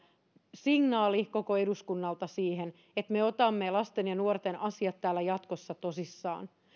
signaali koko eduskunnalta siihen että me otamme lasten ja nuorten asiat täällä jatkossa tosissaan